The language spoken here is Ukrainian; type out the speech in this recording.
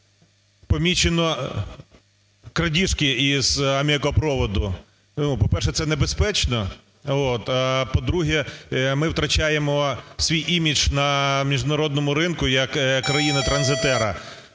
помічено крадіжки із аміакопроводу. Ну, по-перше, це небезпечно. А, по-друге, ми втрачаємо свій імідж на міжнародному ринку як країни-транзитера.